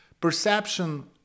perception